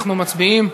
אנחנו מצביעים.